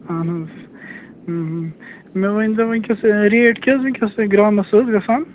اَہَن حظ مےٚ ؤنۍتَو وُنکٮ۪س ریٹ کیٛاہ حظ وُنکٮ۪س گرٛامَس حظ گژھان